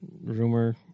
rumor